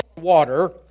water